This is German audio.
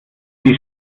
die